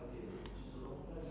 one pigeon at